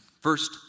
First